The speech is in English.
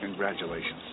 Congratulations